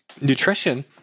nutrition